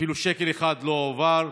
אפילו שקל אחד לא הועבר.